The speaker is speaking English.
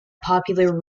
popular